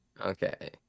Okay